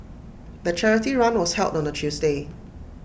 the charity run was held on A Tuesday